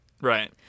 Right